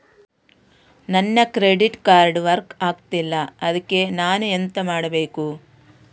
ನನ್ನ credit card work ಆಗ್ತಿಲ್ಲ ಅದ್ಕೆ ನಾನು ಎಂತ ಮಾಡಬೇಕು?